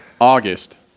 August